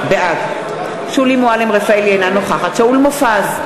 בעד שולי מועלם-רפאלי, אינה נוכחת שאול מופז,